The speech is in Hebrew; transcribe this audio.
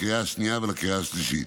לקריאה השנייה ולקריאה השלישית.